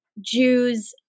Jews